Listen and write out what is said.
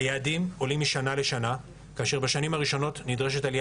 היעדים עולים משנה לשנה כאשר בשנים הראשונות נדרשת עלייה